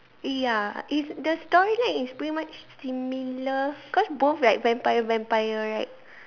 ya is the storyline is pretty much similar cause both like vampire vampire right